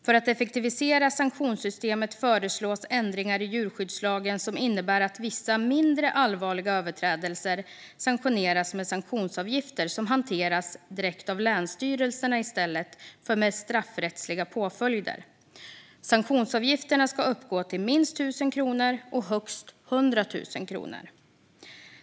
För att effektivisera sanktionssystemet föreslås ändringar i djurskyddslagen som innebär att vissa mindre allvarliga överträdelser sanktioneras med sanktionsavgifter som hanteras direkt av länsstyrelserna i stället för med straffrättsliga påföljder. Sanktionsavgifterna ska uppgå till minst 1 000 kronor och som mest 100 000 kronor.